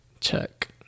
Check